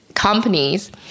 Companies